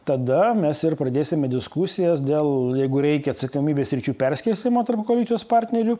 tada mes ir pradėsime diskusijas dėl jeigu reikia atsakomybės sričių perskirstymo tarp koalicijos partnerių